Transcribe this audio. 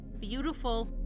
beautiful